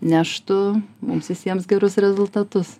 neštų mums visiems gerus rezultatus